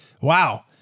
Wow